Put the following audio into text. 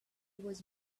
was